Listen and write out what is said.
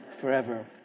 forever